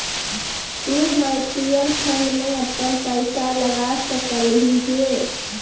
तु mutual fund में अपन पईसा लगा सकलहीं हे